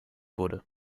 wurde